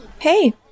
Hey